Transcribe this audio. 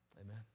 Amen